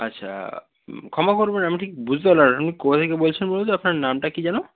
আচ্ছা ক্ষমা করবেন আমি ঠিক বুঝতে পারলাম না আপনি কোথায় থেকে বলছেন বলুন তো আপনার নামটা কী যেন